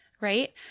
right